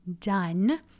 done